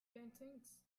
paintings